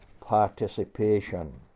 participation